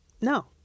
no